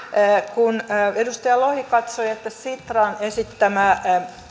kun edustaja lohi katsoi että sitran esittämä